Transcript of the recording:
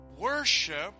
worship